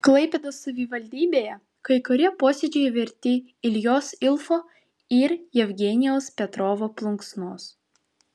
klaipėdos savivaldybėje kai kurie posėdžiai verti iljos ilfo ir jevgenijaus petrovo plunksnos